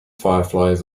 fireflies